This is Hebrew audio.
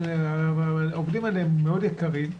העובדים האלה מאוד יקרים,